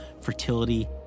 fertility